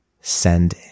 send